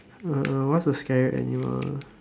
uh what is a scary animal